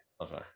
Okay